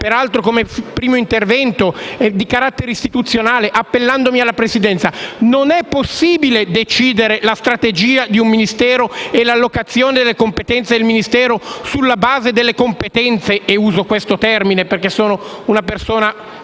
peraltro nel mio primo intervento, di carattere istituzionale e appellandomi alla Presidenza - che non è possibile decidere la strategia di un Ministero e l'allocazione delle competenze dello stesso sulla base delle competenze - uso questo termine, perché sono una persona